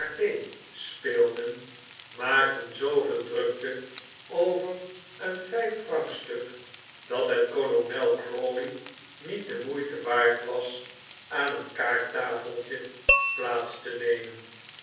speelden maakten zooveel drukte over een vijffrank stuk dat het kolonel crawley niet de moeite waard was aan een kaarttafeltje plaats te nemen